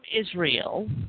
Israel